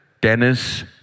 Dennis